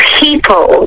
people